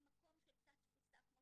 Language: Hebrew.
ממקום של תת תפוסה, כמו